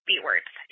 B-words